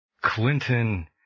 Clinton –